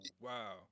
Wow